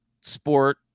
sport